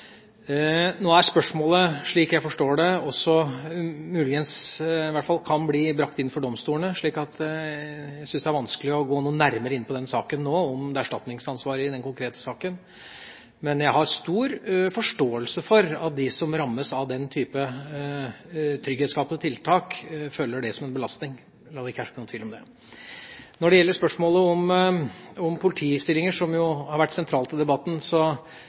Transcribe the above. Nå er spørsmålet, slik jeg forstår det, om – i hvert fall muligens – saken kan bli brakt inn for domstolene, slik at jeg syns det er vanskelig å gå noe nærmere inn på den, på erstatningsansvaret i den konkrete saken. Men jeg har stor forståelse for at de som rammes av den type trygghetsskapende tiltak, føler det som en belastning. La det ikke herske noen tvil om det. Når det gjelder spørsmålet om politistillinger, som jo har vært sentralt i debatten,